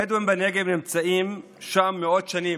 הבדואים בנגב נמצאים שם מאות שנים,